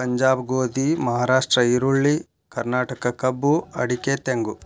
ಪಂಜಾಬ್ ಗೋಧಿ, ಮಹಾರಾಷ್ಟ್ರ ಈರುಳ್ಳಿ, ಕರ್ನಾಟಕ ಕಬ್ಬು ಅಡಿಕೆ ತೆಂಗು